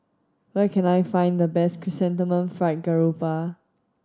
where can I find the best Chrysanthemum Fried Garoupa